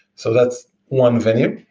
so that's one venue.